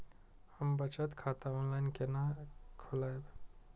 हम बचत खाता ऑनलाइन केना खोलैब?